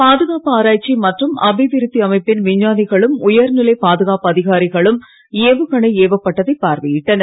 பாதுகாப்பு ஆராய்ச்சி மற்றும் அபிவிருத்தி அமைப்பின் விஞ்ஞானிகளும் உயர்நிலை பாதுகாப்பு அதிகாரிகளும் ஏவுகணை ஏவப்பட்டதைப் பார்வையிட்டனர்